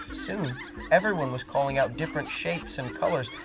soon everyone was calling out different shapes and colors,